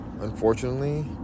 unfortunately